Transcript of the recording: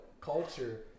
culture